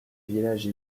village